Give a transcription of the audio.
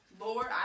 Lord